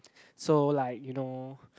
so like you know